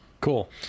cool